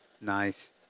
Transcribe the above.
nice